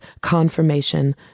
confirmation